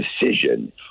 decision